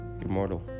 immortal